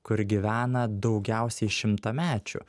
kur gyvena daugiausiai šimtamečių